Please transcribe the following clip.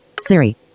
Siri